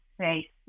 say